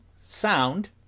sound